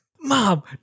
Mom